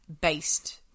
based